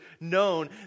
known